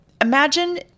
Imagine